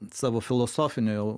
savo filosofinio jau